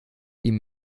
ihm